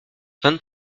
vingt